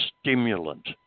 stimulant